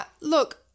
look